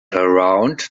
around